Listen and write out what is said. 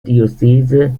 diözese